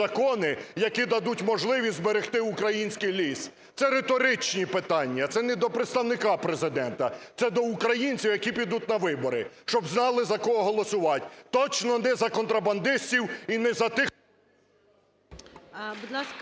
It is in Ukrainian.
закони, які дадуть можливість зберегти український ліс? Це риторичні питання, це не до представника Президента, це до українців, які підуть на вибори, щоб знали, за кого голосувати. Точно не за контрабандистів і не за тих…